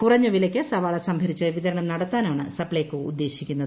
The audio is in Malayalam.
കുറഞ്ഞ വിലയ്ക്ക് സവാള സംഭരിച്ച് വിതരണം നടത്താനാണ് സപ്പൈകോ ഉദ്ദേശിക്കുന്നത്